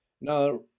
Now